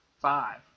five